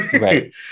Right